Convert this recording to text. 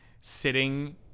sitting